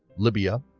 libya,